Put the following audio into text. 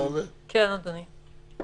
כן, אדוני.